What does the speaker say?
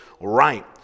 right